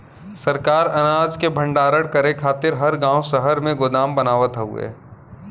सरकार अनाज के भण्डारण करे खातिर हर गांव शहर में गोदाम बनावत हउवे